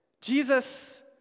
Jesus